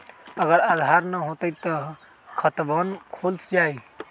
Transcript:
अगर आधार न होई त खातवन खुल जाई?